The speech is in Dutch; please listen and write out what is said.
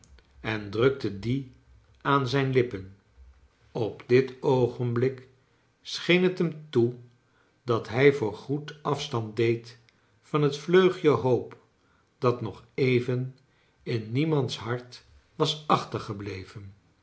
en drukte die aan zijn lippen op dit oogenblik scheen t hem toe dat hij voor goed afstand deed van het vleugje hoop dat nog even in niemands hart was achtergebleven